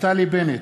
נפתלי בנט,